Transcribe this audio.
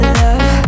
love